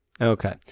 Okay